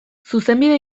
zuzenbide